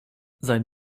sein